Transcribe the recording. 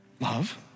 Love